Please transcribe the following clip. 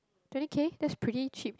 twenty K that's pretty cheap